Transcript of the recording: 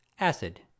acid